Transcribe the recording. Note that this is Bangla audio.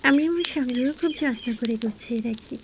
আমি আমার সংগ্রহ খুব যত্ন করে গুছিয়ে রাখি